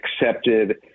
accepted